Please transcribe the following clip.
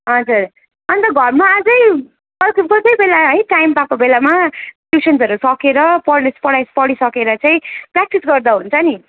हजुर अन्त घरमा आजै अर्को कोही कोही बेला है टाइम पाएको बेलामा ट्युसन्सहरू सकेर पढिस पढाइ पढिसकेर चाहिँ प्र्याक्टिस गर्दा हुन्छ नि